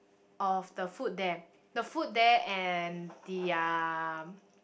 of the food there the food there and the um